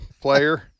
player